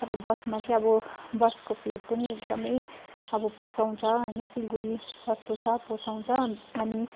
तर बसमा चाहिँ अब बसको फेयर पनि एकदमै अब पोसाउँछ होइन सिलगढी सस्तो छ पोसाउँछ अनि